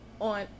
on